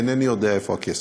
אינני יודע איפה הכסף.